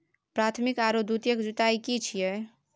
प्राथमिक आरो द्वितीयक जुताई की छिये?